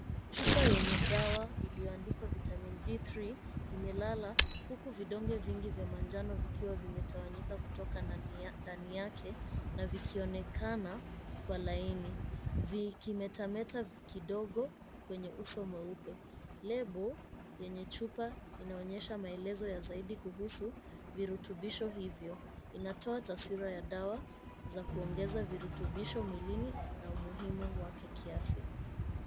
Chupa yenye dawa ilioandikwa Vitamin D 3 imelala, huku vidonge vingi vya manjano vikiwa vimetawanyika kutoka ndani yake na vikionekana kwa laini, vikimetameta kidogo kwenye uso mweupe. Lebo yenye chupa inaonyesha maelezo ya zaidi kuhusu virutubisho hivyo. Inatoa taswira ya dawa za kuongeza virutubisho mwilini na umuhimu wake kiafya.